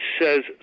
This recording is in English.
says